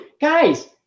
guys